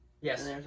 Yes